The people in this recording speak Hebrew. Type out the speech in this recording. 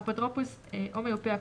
האפוטרופוס או מיופה הכוח,